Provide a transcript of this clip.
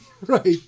Right